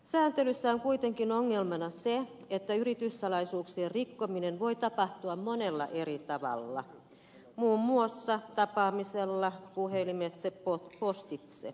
sääntelyssä on kuitenkin ongelmana se että yrityssalaisuuksien rikkominen voi tapahtua monella eri tavalla muun muassa tapaamisella puhelimitse postitse